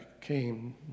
came